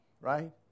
right